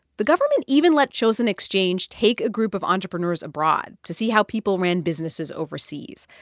the government even let choson exchange take a group of entrepreneurs abroad to see how people ran businesses overseas.